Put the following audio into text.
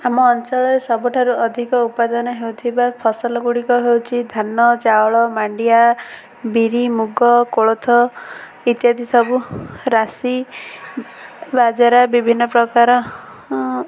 ଆମ ଅଞ୍ଚଳରେ ସବୁଠାରୁ ଅଧିକ ଉପାଦନ ହେଉଥିବା ଫସଲଗୁଡ଼ିକ ହେଉଛି ଧାନ ଚାଉଳ ମାଣ୍ଡିଆ ବିରି ମୁଗ କୋଳଥ ଇତ୍ୟାଦି ସବୁ ରାଶି ବାଜରାା ବିଭିନ୍ନ ପ୍ରକାର